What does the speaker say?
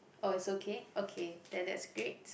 oh is okay okay then that's great